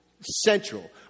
central